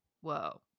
whoa